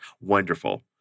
wonderful